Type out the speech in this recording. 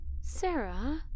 Sarah